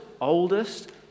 oldest